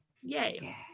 yay